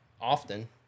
often